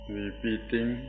repeating